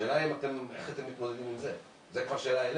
השאלה היא איך אתם מתמודדים עם זה וזו כבר שאלה אליך.